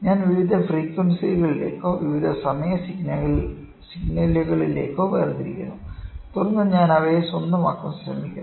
ഞാൻ വിവിധ ഫ്രീക്വൻസികളിലേക്കോ വിവിധ സമയ സിഗ്നലുകളിലേക്കോ വേർതിരിക്കുന്നു തുടർന്ന് ഞാൻ അവ സ്വന്തമാക്കാൻ ശ്രമിക്കുന്നു